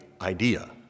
idea